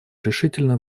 решительно